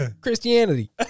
Christianity